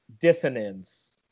dissonance